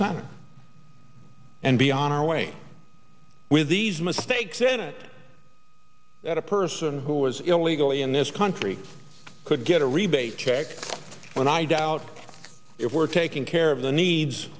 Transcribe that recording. senate and be on our way with these mistakes in it a person who was illegally in this country could get a rebate check when i doubt if we're taking care of the needs